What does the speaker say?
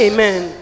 Amen